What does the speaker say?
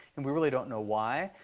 and we really don't know why.